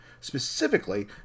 Specifically